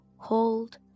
Hold